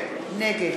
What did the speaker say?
נגד